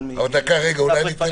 מעבר.